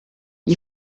gli